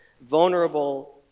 vulnerable